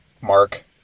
mark